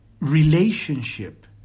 relationship